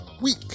week